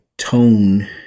tone